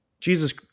Jesus